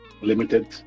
Limited